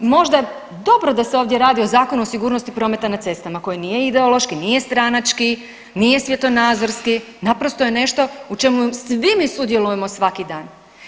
Možda je dobro da se ovdje radi o Zakonu o sigurnosti prometa na cestama koji nije ideološki, nije stranački, nije svjetonazorski naprosto je nešto u čemu svi mi sudjelujemo svaki dan.